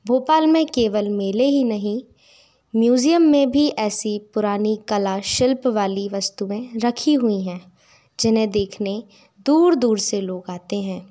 भोपाल में केवल मेले ही नहीं म्यूज़ियम में भी ऐसी पुरानी कला शिल्प वाली वस्तुएँ रखी हुई हैं जिन्हें देखने दूर दूर से लोग आते हैं